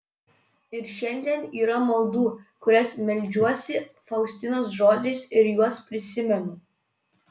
ir šiandien yra maldų kurias meldžiuosi faustinos žodžiais ir juos prisimenu